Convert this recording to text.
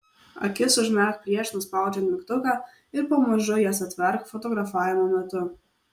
akis užmerk prieš nuspaudžiant mygtuką ir pamažu jas atverk fotografavimo metu